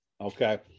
okay